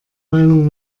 meinung